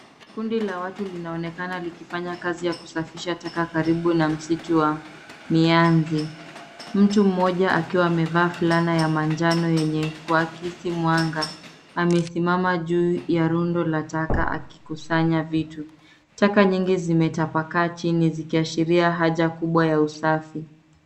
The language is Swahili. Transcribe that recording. Kundi la watu linaonekana likifanya kazi ya kusafisha taka karibu na msitu wa mianzi. Mtu mmoja akiwa amevaa fulana ya manjano yenye uakisi mwanga, amesimama juu ya rundo la taka akikusanya vitu. Taka nyingi zimetapakaa chini zikiashiria haja kubwa ya usafi.